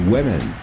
Women